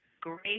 great